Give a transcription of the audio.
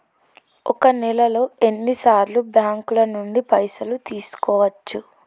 ఒక నెలలో ఎన్ని సార్లు బ్యాంకుల నుండి పైసలు తీసుకోవచ్చు?